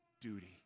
duty